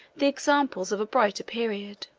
the examples of a brighter period.